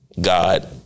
God